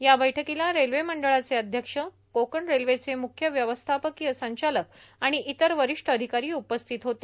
या बैठकीला रेल्वे मंडळाचे अध्यक्ष कोकण रेल्वेचे मुख्य व्यवस्थापकीय संचालक आणि इतर वरिष्ठ अधिकारी उपस्थित होते